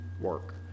work